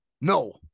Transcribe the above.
no